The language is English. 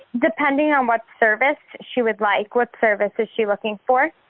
depending on what service she would like. what service is she looking for?